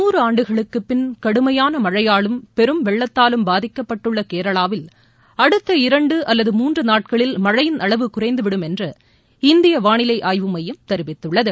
நூறு ஆண்டுகளுக்குப்பின் கடுமையான மழையாலும் பெரும் வெள்ளத்தாலும் பாதிக்கப்பட்டுள்ள கேரளாவில் அடுத்த இரண்டு அல்லது மூன்று நாட்களில் மனழயின் அளவு குறைந்துவிடும் என்று இந்திய வானிலை ஆய்வு மையம் தெரிவித்துள்ளது